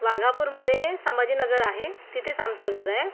वाघापूरमधे संभाजीनगर आहे तिथेच आमचं घर आहे